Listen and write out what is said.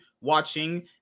watching